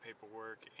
paperwork